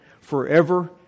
forever